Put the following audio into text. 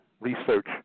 research